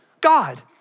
God